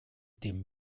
dem